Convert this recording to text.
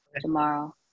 tomorrow